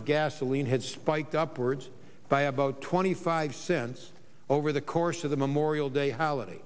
of gasoline had spiked upwards by about twenty five cents over the course of the memorial day holiday